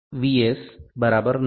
S 9 M